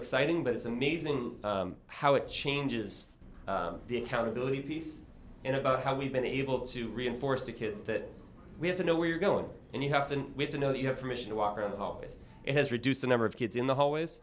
exciting but it's amazing how it changes the accountability piece and about how we've been able to reinforce to kids that we have to know where you're going and you have to have to know that you have permission to walk around the harvest it has reduced the number of kids in the hallways